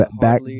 back